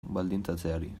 baldintzatzeari